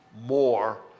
more